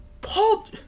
Paul